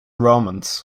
romans